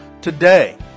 today